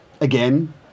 Again